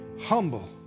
humble